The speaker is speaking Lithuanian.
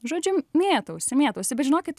žodžiu mėtausi mėtausi bet žinokit